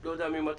לא יודע ממתי,